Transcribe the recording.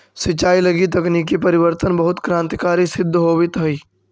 सिंचाई लगी तकनीकी परिवर्तन बहुत क्रान्तिकारी सिद्ध होवित हइ